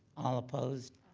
all opposed?